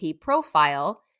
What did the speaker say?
Profile